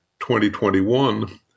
2021